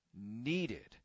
needed